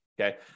okay